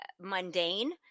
mundane